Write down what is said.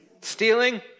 Stealing